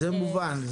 מובן.